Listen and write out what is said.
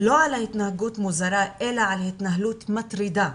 לא על התנהגות מוזרה אלא על התנהלות מטרידה,